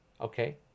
okay